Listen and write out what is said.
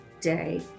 day